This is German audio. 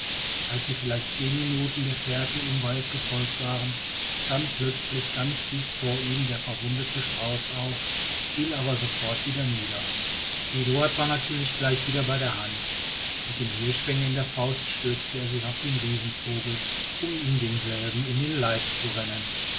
als sie vielleicht minuten der fährte im walde gefolgt waren stand plötzlich ganz dicht vor ihnen der verwundete strauß auf fiel aber sofort wieder nieder eduard war natürlich gleich wieder bei der hand mit dem hirschfänger in der faust stürzte er sich auf den riesenvogel um ihm denselben in den leib zu rennen